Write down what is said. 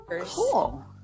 cool